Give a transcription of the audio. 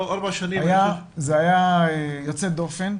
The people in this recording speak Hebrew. זה היה יוצא דופן.